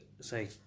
say